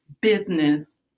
business